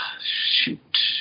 shoot